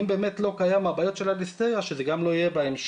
אם באמת לא קיימות הבעיות של ההיסטריה אז שזה גם לא יהיה בהמשך.